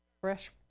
fresh